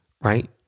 right